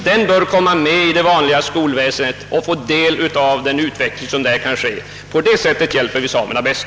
Den bör komma med i det vanliga skolväsendet och få del av den utveckling som där kan ske. På det sättet hjälper vi samerna bäst.